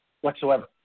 whatsoever